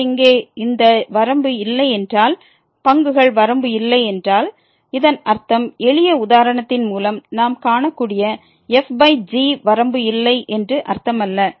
எனவே இங்கே இந்த வரம்பு இல்லை என்றால் பங்குகள் வரம்பு இல்லை என்றால் இதன் அர்த்தம் எளிய உதாரணத்தின் மூலம் நாம் காணக்கூடிய fg வரம்பு இல்லை என்று அர்த்தமல்ல